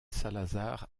salazar